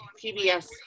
PBS